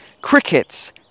Crickets